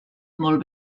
molt